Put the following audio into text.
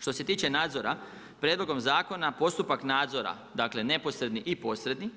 Što se tiče nadzora prijedlogom zakona postupak nadzora, dakle neposredni i posredni